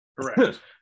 Correct